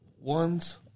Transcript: ones